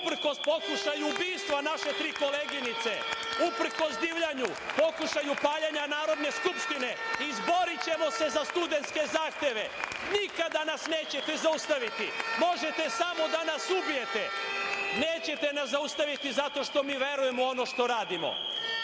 uprkos pokušaju ubistva naše tri koleginice, uprkos divljanju, pokušaju paljenja Narodne skupštine, izborićemo se za studentske zahteve. Nikada nas nećete zaustaviti. Možete samo da nas ubijete. Nećete nas zaustaviti zato što mi verujemo u ono što radimo.